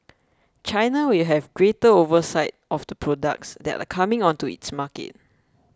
China will have greater oversight of the products that are coming onto its market